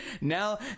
now